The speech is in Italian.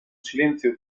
silenzio